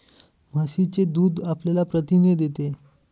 म्हशीचे दूध आपल्याला प्रथिने देते